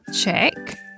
check